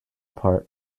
part